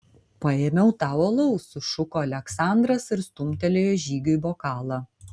paėmiau tau alaus sušuko aleksandras ir stumtelėjo žygiui bokalą